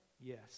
Yes